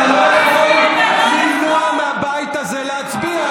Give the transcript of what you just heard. אתה לא יכול למנוע מהבית הזה להצביע,